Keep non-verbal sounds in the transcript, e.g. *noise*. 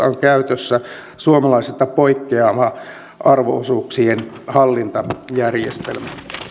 *unintelligible* on käytössä suomalaisesta poikkeava arvo osuuksien hallintajärjestelmä